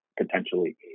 potentially